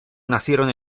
nacieron